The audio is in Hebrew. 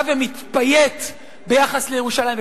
הוא בא ומתפייט ביחס לירושלים.